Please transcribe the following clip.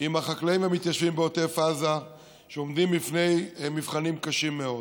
עם החקלאים והמתיישבים בעוטף עזה שעומדים לפני מבחנים קשים מאוד.